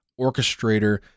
orchestrator